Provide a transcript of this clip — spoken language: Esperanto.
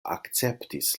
akceptis